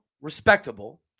respectable